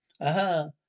aha